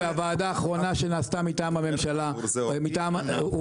הוועדה האחרונה שנעשתה מטעם הממשלה הוכיחה